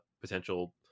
potential